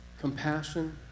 compassion